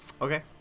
Okay